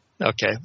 Okay